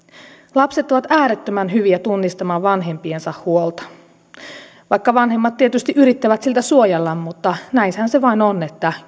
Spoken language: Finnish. lapset ovat äärettömän hyviä tunnistamaan vanhempiensa huolta vanhemmat tietysti yrittävät siltä suojella mutta näinhän se vain on että